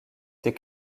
ses